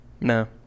No